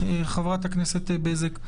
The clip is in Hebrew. חברת הכנסת בזק,